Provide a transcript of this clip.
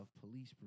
police